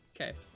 Okay